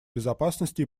безопасности